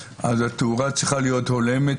אז התאורה צריכה להיות הולמת,